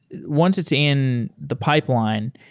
once it's in the pipeline,